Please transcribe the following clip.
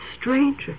stranger